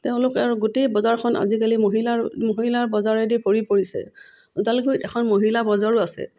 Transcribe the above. তেওঁলোকে আৰু গোটেই বজাৰখন আজিকালি মহিলাৰ মহিলাৰ বজাৰেদি ভৰি পৰিছে ওদালগুৰিত এখন মহিলা বজাৰো আছে